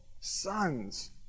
sons